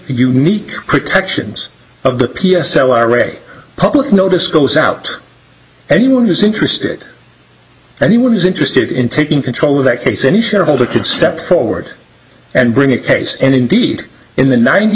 unique protections of the p s l our way public notice goes out anyone who's interested anyone who's interested in taking control of that case any shareholder could step forward and bring a case and indeed in the ninety